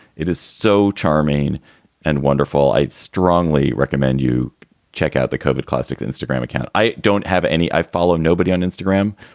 it is so charming and wonderful. i'd strongly recommend you check out the covered classic instagram account. i don't have any. i follow nobody on instagram.